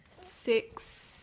Six